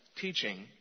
teaching